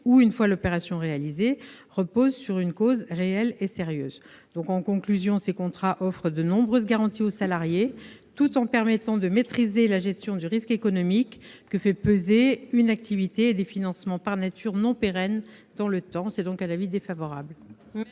ou une fois l'opération réalisée, repose sur une cause réelle et sérieuse. Pour conclure, je dirai que ces contrats offrent de nombreuses garanties aux salariés, tout en permettant de maîtriser la gestion du risque économique que font peser une activité et des financements par nature non pérennes dans le temps. L'avis est donc défavorable.